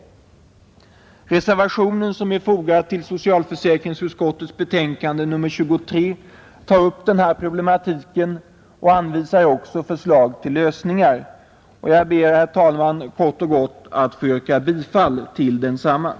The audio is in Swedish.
tillägg m.m. till folkpension Den reservation som är fogad till utskottets betänkande tar upp denna problematik och anvisar förslag till lösningar. Herr talman! Jag ber att få yrka bifall till reservationen.